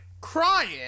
crying